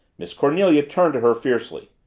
miss cornelia turned to her fiercely.